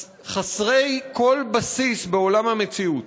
חסרי כל בסיס בעולם המציאות,